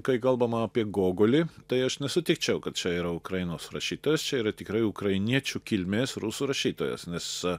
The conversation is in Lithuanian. kai kalbama apie gogolį tai aš nesutikčiau kad čia yra ukrainos rašytojas čia yra tikrai ukrainiečių kilmės rusų rašytojas nes